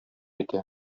итә